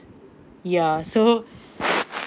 ya so